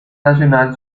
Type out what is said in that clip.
nacional